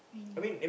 really ah